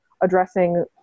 addressing